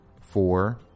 Four